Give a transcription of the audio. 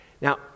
now